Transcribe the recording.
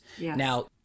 Now